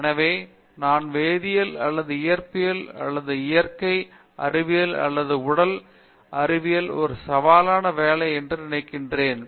எனவே நான் வேதியியல் அல்லது இயற்பியல் அல்லது இயற்கை அறிவியல் அல்லது உடல் அறிவியல் ஒரு சவாலான வேலை என்று நான் நினைக்கவில்லை